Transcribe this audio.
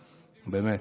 באמת.